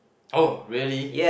oh really